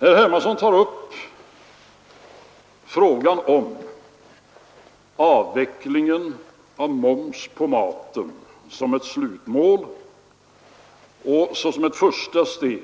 Herr Hermansson tar upp frågan om avvecklingen av momsen på maten som ett slutmål och såsom ett första steg